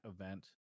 event